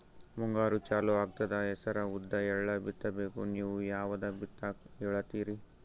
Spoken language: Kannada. ಮುಂಗಾರು ಚಾಲು ಆಗ್ತದ ಹೆಸರ, ಉದ್ದ, ಎಳ್ಳ ಬಿತ್ತ ಬೇಕು ನೀವು ಯಾವದ ಬಿತ್ತಕ್ ಹೇಳತ್ತೀರಿ?